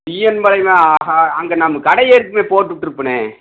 D N பாளையமா ஆஹா அங்கே நம்ம கடையே இருக்குமோ போட்டு விட்ருப்பேன்னே